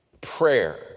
prayer